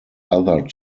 other